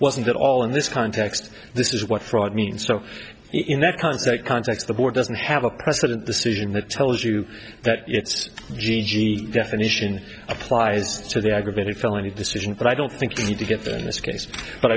wasn't at all in this context this is what fraud means so in that context context the board doesn't have a precedent decision that tells you that it's definition applies to the aggravated felony decision but i don't think you need to get there in this case but